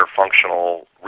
functional